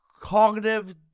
cognitive